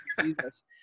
Jesus